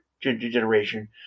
generation